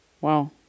Wow